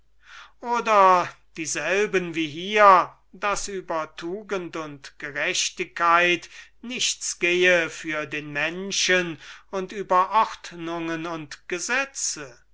oder dieselben wie hier daß über tugend und gerechtigkeit nichts gehe für den menschen und über ordnungen und gesetze